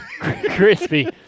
Crispy